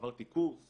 עברתי קורס